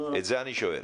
את זה אני שואל.